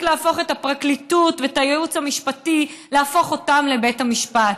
להפוך את הפרקליטות ואת הייעוץ המשפטי להפוך אותם לבית המשפט.